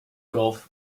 gulf